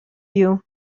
you